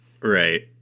Right